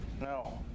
No